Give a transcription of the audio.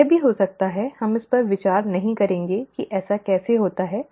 यह भी हो सकता है हम इस बात पर विचार नहीं करेंगे कि ऐसा कैसे होता है